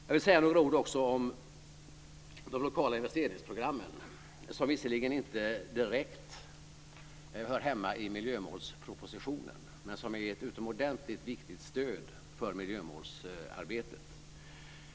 Jag vill också säga några ord om de lokala investeringsprogrammen, som visserligen inte direkt hör hemma i miljömålspropositionen, men som är ett utomordentligt viktigt stöd för miljömålsarbetet.